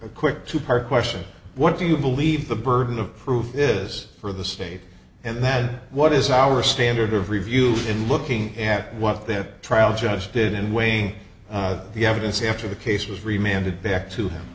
a quick two part question what do you believe the burden of proof is for the state and then what is our standard of review in looking at what their trial just did and weighing the evidence after the case was reminded back to h